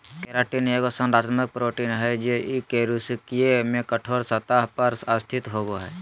keratin एगो संरचनात्मक protein हइ जे कई कशेरुकियों में कठोर सतह पर स्थित होबो हइ